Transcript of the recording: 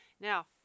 Now